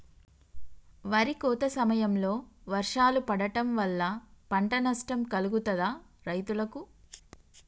వరి కోత సమయంలో వర్షాలు పడటం వల్ల పంట నష్టం కలుగుతదా రైతులకు?